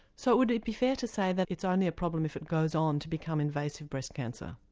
so would it be fair to say that it's only a problem if it goes on to become invasive breast cancer?